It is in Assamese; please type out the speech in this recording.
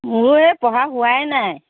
মোৰো এই পঢ়া হোৱাই নাই